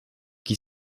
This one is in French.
qui